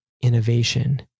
innovation